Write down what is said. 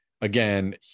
again